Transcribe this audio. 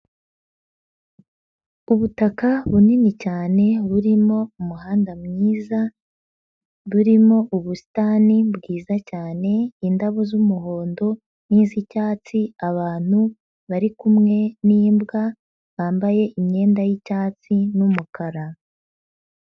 Ubutaka bunini cyane burimo umuhanda mwiza, burimo ubusitani bwiza cyane, indabo z'umuhondo n'iz'icyatsi, abantu bari kumwe n'imbwa bambaye imyenda y'icyatsi n'umukara.